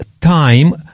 time